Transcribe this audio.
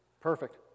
Perfect